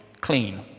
clean